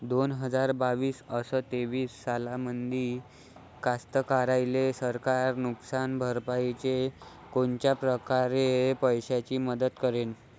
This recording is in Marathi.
दोन हजार बावीस अस तेवीस सालामंदी कास्तकाराइले सरकार नुकसान भरपाईची कोनच्या परकारे पैशाची मदत करेन?